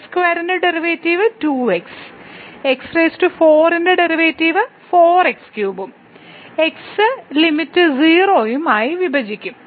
x2 ന്റെ derivative 2x x4 ന്റെ derivative 4x3 ഉം x ലിമിറ്റ് 0 ഉം ആയി വിഭജിക്കും